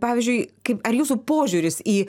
pavyzdžiui kaip ar jūsų požiūris į